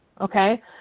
okay